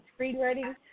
screenwriting